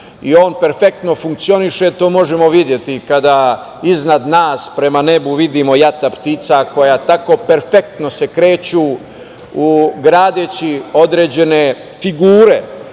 i on perfektno funkcioniše. To možemo videti kada iznad nas, prema nebu vidimo jata ptica koja se tako perfektno kreću, gradeći određene figure